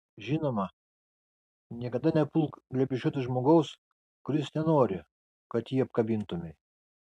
žinoma niekada nepulk glėbesčiuoti žmogaus kuris nenori kad jį apkabintumei